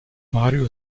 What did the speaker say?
mario